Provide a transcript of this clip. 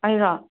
ꯑꯩꯔꯣ